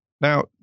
Now